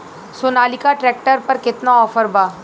Sonalika tractor पर केतना offer बा?